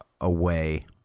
away